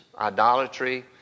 idolatry